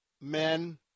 men